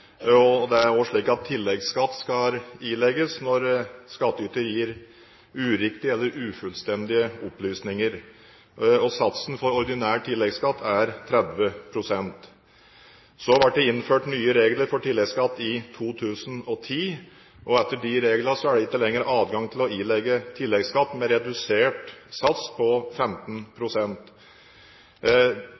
Det er også slik at tilleggsskatt skal ilegges når skattyter gir uriktige eller ufullstendige opplysninger. Satsen for ordinær tilleggsskatt er 30 pst. Så ble det innført nye regler for tilleggsskatt i 2010. Etter de reglene er det ikke lenger adgang til å ilegge tilleggsskatt med redusert sats på